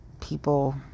people